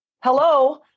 Hello